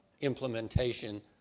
implementation